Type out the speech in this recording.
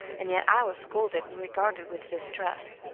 and yet i was scolded and regarded with distrust.